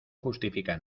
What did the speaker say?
justifica